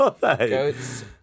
Goats